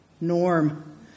norm